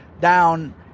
down